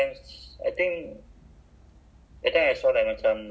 but I think N_T_U_C they're a bit